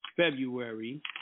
February